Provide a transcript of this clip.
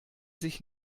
sich